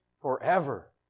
forever